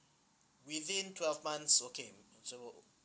within twelve months okay so